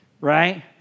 right